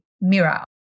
mirror